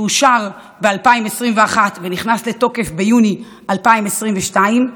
שאושר ב-2021 ונכנס לתוקף ביוני 2022,